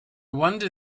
wonder